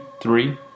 three